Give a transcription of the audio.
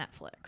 netflix